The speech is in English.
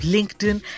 LinkedIn